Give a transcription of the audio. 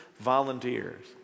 volunteers